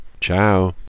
Ciao